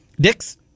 Dix